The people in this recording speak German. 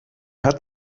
hat